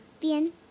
Bien